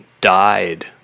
died